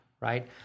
right